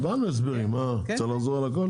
קיבלנו הסבירים מה צריך לחזור על הכל?